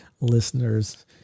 listeners